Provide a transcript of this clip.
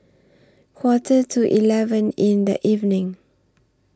Quarter to eleven in The evening